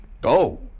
Go